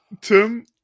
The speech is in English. Tim